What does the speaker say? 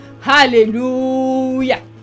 Hallelujah